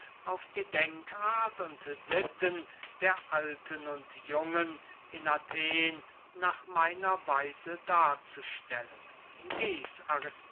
auf die denkart und sitten der alten und jungen in athen nach meiner weise darzustellen dieß